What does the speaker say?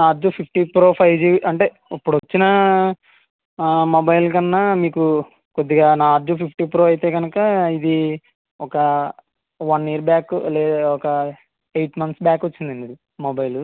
Narzo sixty pro five G అంటే ఇప్పుడొచ్చిన mobile కన్నా మీకు కొద్దిగా నార్జో ఫిఫ్టీ ప్రో అయితే గనుక ఇదీ ఒక వన్ ఇయర్ బ్యాక్ లేదా ఒక ఎయిట్ మంత్స్ బ్యాక్ వచ్చిందండి ఇది మొబైల్